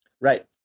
Right